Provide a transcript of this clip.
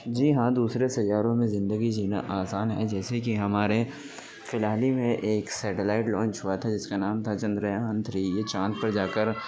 جی ہاں دوسرے سیاروں میں زندگی جینا آسان ہے جیسے کہ ہمارے فی الحال ہی میں ایک سیٹلائٹ لانچ ہوا تھا جس کا نام تھا چندریان تھری یہ چاند پہ جا کر